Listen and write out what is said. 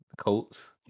Colts